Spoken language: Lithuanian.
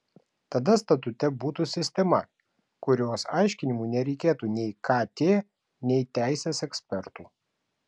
tada statute būtų sistema kurios aiškinimui nereikėtų nei kt nei teisės ekspertų